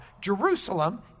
Jerusalem